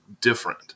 different